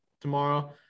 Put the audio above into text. tomorrow